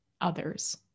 others